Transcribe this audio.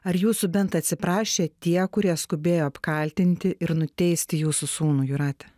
ar jūsų bent atsiprašė tie kurie skubėjo apkaltinti ir nuteisti jūsų sūnų jūrate